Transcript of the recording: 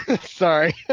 sorry